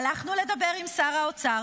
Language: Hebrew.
הלכנו לדבר עם שר האוצר,